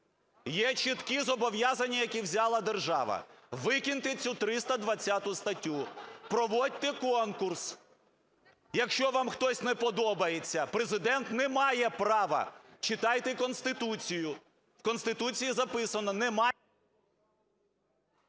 Є чіткі зобов'язання, які взяла держава. Викиньте цю 320 статтю. Проводьте конкурс, якщо вам хтось не подобається. Президент не має права. Читайте Конституцію. В Конституції записано… ГОЛОВУЮЧИЙ.